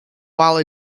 while